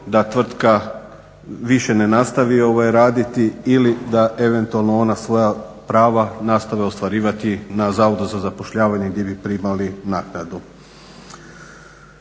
da tvrtka ne nastavi raditi ili da eventualno ona svoja prava nastave ostvarivati na Zavodu za zapošljavanje gdje bi primali naknadu.